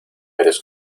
eres